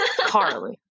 Carly